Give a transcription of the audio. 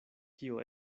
kio